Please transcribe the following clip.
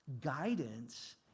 guidance